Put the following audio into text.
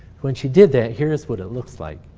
when she did that, here's what it looks like.